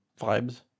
vibes